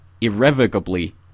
irrevocably